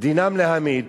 דינם להמית,